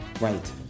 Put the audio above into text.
Right